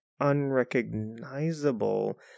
unrecognizable